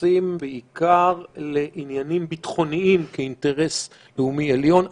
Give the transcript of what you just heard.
מתייחסים בעיקר לעניינים ביטחוניים כאינטרס לאומי עליון.